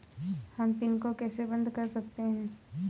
हम पिन को कैसे बंद कर सकते हैं?